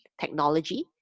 technology